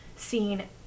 seen